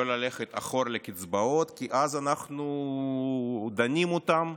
לא ללכת אחורה לקצבאות, כי אז אנחנו דנים אותם,